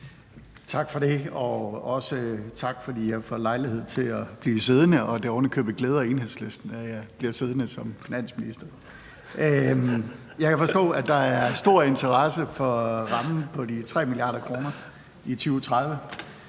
Tak for det, og også tak, fordi jeg får lejlighed til at blive siddende og det ovenikøbet glæder Enhedslisten, at jeg bliver siddende som finansminister. Jeg kan forstå, at der er stor interesse for rammen på de 3 mia. kr. i 2030,